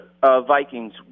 Vikings